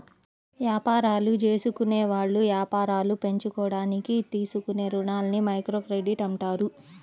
యాపారాలు జేసుకునేవాళ్ళు యాపారాలు పెంచుకోడానికి తీసుకునే రుణాలని మైక్రోక్రెడిట్ అంటారు